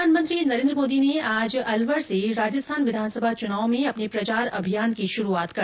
प्रधानमंत्री नरेन्द्र मोदी ने आज अलवर से राजस्थान विधानसभा चुनाव में अपने अभियान की शुरूआत की